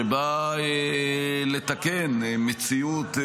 שבאה לתקן מציאות,